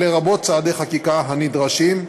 לרבות צעדי החקיקה הנדרשים.